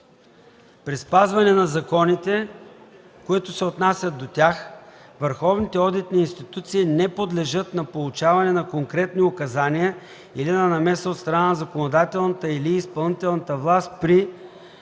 „При спазване на законите, които се отнасят до тях, Върховните одитни институции не подлежат на получаване на конкретни указания или на намеса от страна на законодателната или изпълнителната власт при: 1. избора на теми